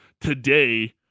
today